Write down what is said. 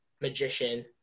magician